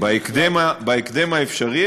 בהקדם האפשרי.